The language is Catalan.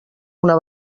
una